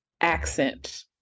accent